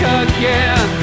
again